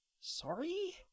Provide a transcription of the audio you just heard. Sorry